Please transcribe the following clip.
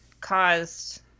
caused